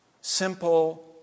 simple